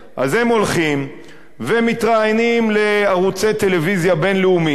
אז הם הולכים ומתראיינים לערוצי טלוויזיה בין-לאומיים.